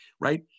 right